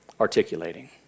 articulating